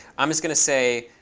i'm just going to say